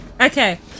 okay